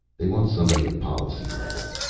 they want somebody at policy level.